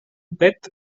pet